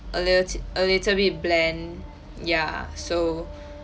a little it a little bit bland ya so